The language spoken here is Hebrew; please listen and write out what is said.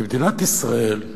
כי מדינת ישראל,